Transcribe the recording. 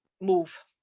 move